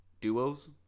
duos